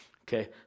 okay